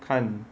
看